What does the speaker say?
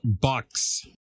bucks